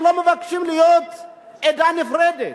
הם לא מבקשים להיות עדה נפרדת,